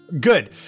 Good